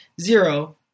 zero